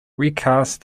recast